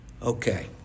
Okay